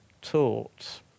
taught